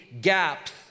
gaps